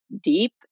deep